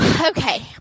Okay